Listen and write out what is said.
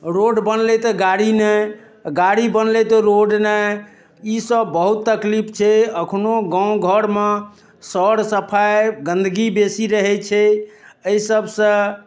road बनलै तऽ गाड़ी नहि गाड़ी बनलै तऽ रोड नहि ईसब बहुत तकलीफ छै एखनो गामघरमे सर सफाइ गन्दगी बेसी रहै छै एहिसबसँ